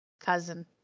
cousin